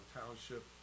township